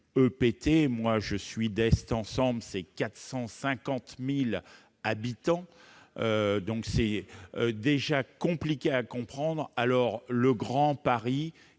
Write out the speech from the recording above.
pt moi je suis d'Est Ensemble c'est 450000 habitants, donc c'est déjà compliqué à comprendre alors le Grand Paris,